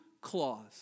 clause